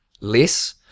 less